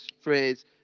phrase